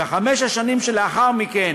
בחמש השנים שלאחר מכן